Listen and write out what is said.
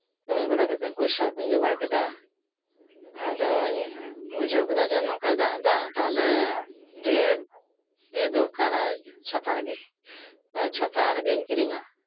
ᱠᱟᱹᱢᱤ ᱵᱟᱲᱟᱠᱟᱛᱮᱜ ᱯᱚᱭᱥᱟ ᱠᱩᱧ ᱡᱚᱜᱟᱲ ᱠᱮᱫᱟ ᱵᱟᱲᱟ ᱠᱮᱫᱟ ᱟᱫᱚᱧ ᱵᱩᱡᱷᱟᱹᱣ ᱠᱮᱫᱟ ᱡᱮ ᱱᱚᱠᱟᱭ ᱫᱟᱜ ᱮᱫᱟ ᱛᱟᱦᱚᱞᱮ ᱰᱷᱮᱨ ᱰᱷᱮᱨᱜᱤ ᱫᱚᱨᱠᱟᱨᱟ ᱪᱷᱟᱛᱟᱨ ᱜᱤ ᱪᱷᱟᱛᱟᱨ ᱜᱤᱧ ᱠᱤᱨᱤᱧᱟ